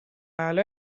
ajal